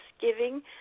giving